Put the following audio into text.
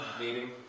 meeting